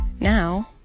now